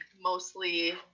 mostly